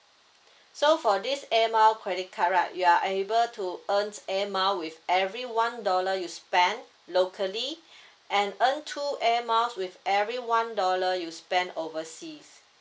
so for this air mile credit card right you are able to earn air mile with every one dollar you spend locally and earn two air miles with every one dollar you spend overseas